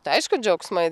tai aišku džiaugsmai